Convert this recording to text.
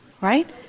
Right